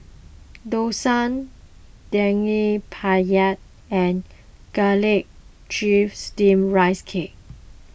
Dosa Daging Penyet and Garlic Chives Steamed Rice Cake